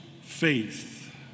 faith